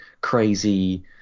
crazy